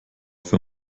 für